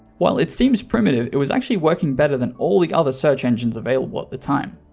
while it seems primitive, it was actually working better than all the other search engines available at the time.